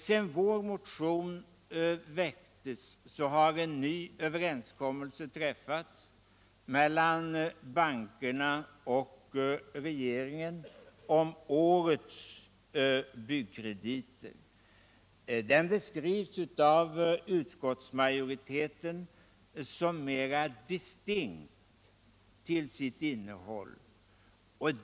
Sedan vår motion väcktes har en ny överenskommelse träffats mellan bankerna och regeringen om årets byggkrediter. Den beskrivs av utskottsmajoriteten som ”mera distinkt” till sitt innehåll.